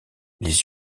les